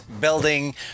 Building